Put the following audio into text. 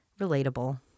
Relatable